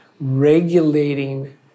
regulating